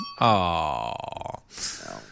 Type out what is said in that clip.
Aww